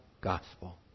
Gospel